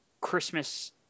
Christmas